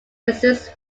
exists